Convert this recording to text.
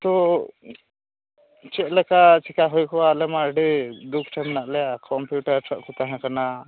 ᱛᱚ ᱪᱮᱫ ᱞᱮᱠᱟ ᱪᱮᱠᱟ ᱦᱩᱭ ᱠᱚᱜᱼᱟ ᱟᱞᱮ ᱢᱟ ᱟᱹᱰᱤ ᱫᱩᱠ ᱨᱮ ᱢᱮᱱᱟᱜ ᱞᱮ ᱠᱚᱢᱯᱤᱭᱩᱴᱟᱨ ᱠᱚ ᱛᱟᱦᱮᱸ ᱠᱟᱱᱟ